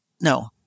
no